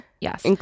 Yes